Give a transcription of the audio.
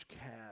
cat